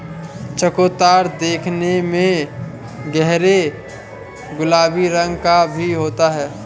चकोतरा देखने में गहरे गुलाबी रंग का भी होता है